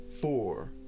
four